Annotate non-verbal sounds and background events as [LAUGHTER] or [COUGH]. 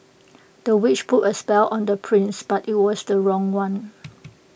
the witch put A spell on the prince but IT was the wrong one [NOISE]